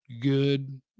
good